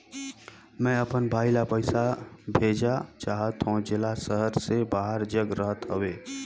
मैं अपन भाई ल पइसा भेजा चाहत हों, जेला शहर से बाहर जग रहत हवे